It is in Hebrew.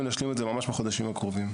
להשלים את זה ממש בחודשים הקרובים.